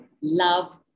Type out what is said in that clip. love